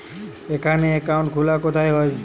এখানে অ্যাকাউন্ট খোলা কোথায় হয়?